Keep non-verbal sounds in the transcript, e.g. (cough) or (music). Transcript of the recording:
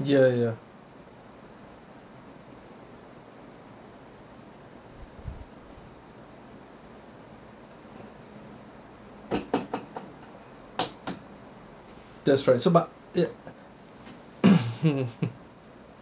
ya ya that's right so but it (noise)